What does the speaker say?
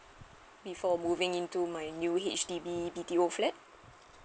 before moving into my new H_D_B B_T_O flat